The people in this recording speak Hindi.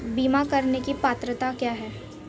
बीमा करने की पात्रता क्या है?